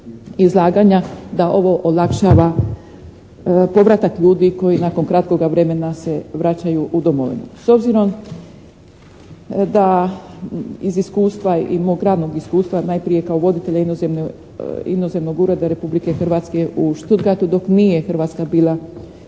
da ovo olakšava povratak ljudi koji nakon kratkoga vremena se vraćaju u domovinu. S obzirom da iz iskustva i mog radnog iskustva najprije kao voditelja inozemnog Ureda Republike Hrvatske u Stuttgartu dok nije Hrvatska